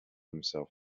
himself